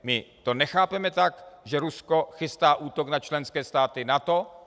My to nechápeme tak, že Rusko chystá útok na členské státy NATO.